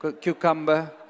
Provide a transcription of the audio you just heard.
cucumber